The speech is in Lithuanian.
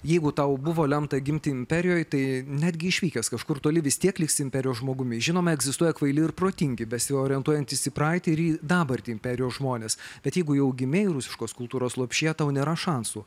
jeigu tau buvo lemta gimti imperijoj tai netgi išvykęs kažkur toli vis tiek liksi imperijos žmogumi žinoma egzistuoja kvaili ir protingi besiorientuojantys į praeitį ir į dabartį imperijos žmonės bet jeigu jau gimei rusiškos kultūros lopšyje tau nėra šansų